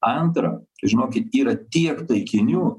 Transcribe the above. antra žinokit yra tiek taikinių